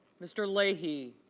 mr. leahy